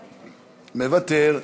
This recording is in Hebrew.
מוותר.